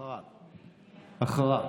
אחריו.